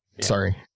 sorry